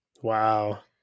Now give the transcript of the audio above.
Wow